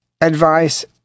advice